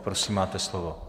Prosím, máte slovo.